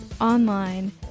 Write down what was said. online